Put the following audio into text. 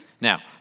Now